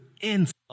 insult